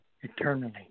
eternally